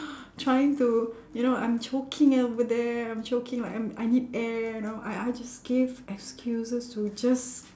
trying to you know I'm choking over there I'm choking like I'm I need air know I I just gave excuses to just